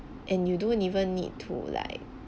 and you don't even need to like